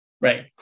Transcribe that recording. Right